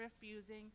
refusing